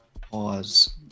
Pause